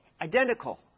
identical